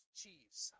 cheese